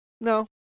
No